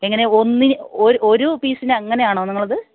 എങ്ങനെ ഒന്നിന് ഒരു പീസിന് അങ്ങനെയാണോ നിങ്ങളത്